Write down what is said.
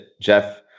jeff